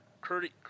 Kurt